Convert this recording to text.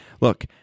Look